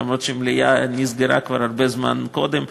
למרות שהמליאה נסגרה כבר הרבה זמן קודם לכן,